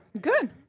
Good